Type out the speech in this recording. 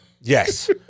Yes